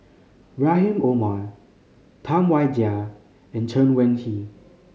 Rahim Omar Tam Wai Jia and Chen Wen Hsi